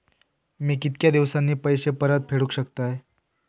मी कीतक्या दिवसांनी पैसे परत फेडुक शकतय?